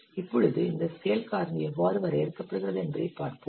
இப்பொழுது இந்த ஸ்கேல் காரணி எவ்வாறு வரையறுக்கப்படுகிறது என்பதைப் பார்ப்போம்